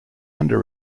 under